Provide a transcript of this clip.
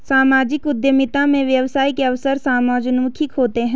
सामाजिक उद्यमिता में व्यवसाय के अवसर समाजोन्मुखी होते हैं